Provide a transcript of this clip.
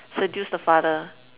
seduce the father